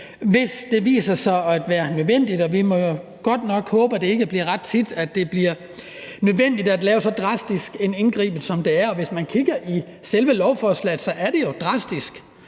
hvis det viser sig at være nødvendigt. Og vi må jo godt nok håbe, at det ikke bliver ret tit, at det bliver nødvendigt at lave så drastisk en indgriben, som det er. Hvis man kigger i selve lovforslaget, er det jo drastiske